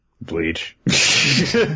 Bleach